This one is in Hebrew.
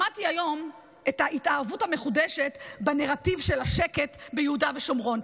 שמעתי היום את ההתאהבות המחודשת בנרטיב של השקט ביהודה ושומרון.